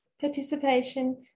participation